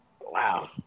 Wow